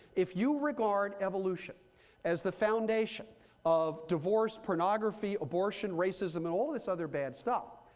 if you regard evolution as the foundation of divorce, pornography, abortion, racism, and all this other bad stuff,